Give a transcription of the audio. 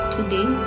Today